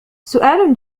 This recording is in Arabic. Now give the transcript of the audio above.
سؤال